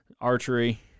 Archery